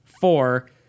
Four